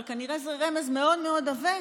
אבל כנראה זה רמז מאוד מאוד עבה,